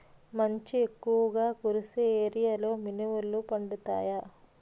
మంచు ఎక్కువుగా కురిసే ఏరియాలో మినుములు పండుతాయా?